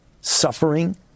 suffering